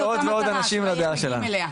יגיעו עוד ועוד אנשים לדעה שלנו,